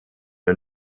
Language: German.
der